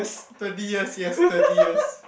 thirty years yes thirty years